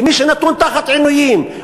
כמי שנתון תחת עינויים.